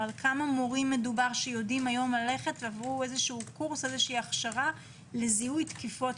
כמה מורים מדובר שעברו קורס, הכשרה לזיהוי תקיפות